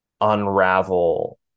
unravel